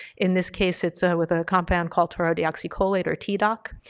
in this case it's ah with a compound called terdioxicolator tdoc.